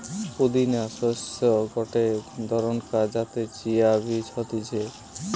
পুদিনা শস্যের গটে ধরণকার যাতে চিয়া বীজ হতিছে